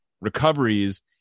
recoveries